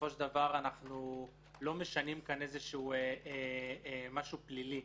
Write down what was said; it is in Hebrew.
בסופו של דבר אנחנו לא משנים כאן משהו פלילי.